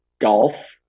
golf